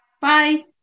Bye